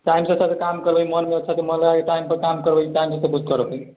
time सँ सभ काम करबै अच्छा से मन लगाके टाइम पर काम करबै टाइम सँ सभ किछु करबै